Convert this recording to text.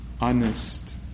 honest